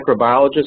microbiologist